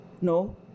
no